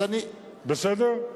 בסדר?